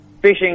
fishing